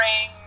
ring